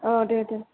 औ दे दे